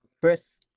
Chris